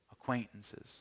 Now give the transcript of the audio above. acquaintances